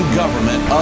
government